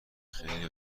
خیلی